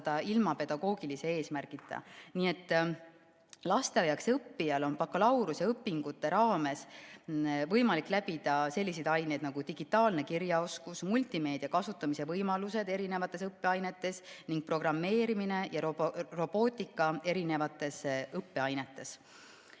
ilma pedagoogilise eesmärgita. Lasteaiaõpetajaks õppijal on bakalaureuseõpingute raames võimalik läbida selliseid aineid nagu digitaalne kirjaoskus, multimeedia kasutamise võimalused erinevates õppeainetes ning programmeerimine ja robootika erinevates õppeainetes.